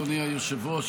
אדוני היושב-ראש,